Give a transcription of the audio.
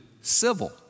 civil